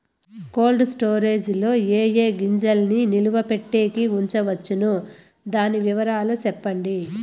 Cold storage లో ఏ ఏ గింజల్ని నిలువ పెట్టేకి ఉంచవచ్చును? దాని వివరాలు సెప్పండి?